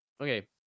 okay